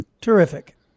Terrific